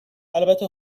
البته